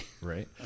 Right